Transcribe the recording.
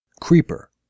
Creeper